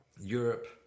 Europe